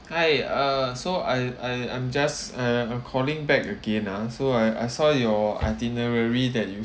hi uh so I I I'm just uh I'm calling back again ah so I I saw your itinerary that you